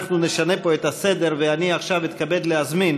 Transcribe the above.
אנחנו נשנה פה את הסדר ואני עכשיו אתכבד להזמין